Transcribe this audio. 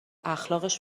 اخلاقش